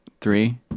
Three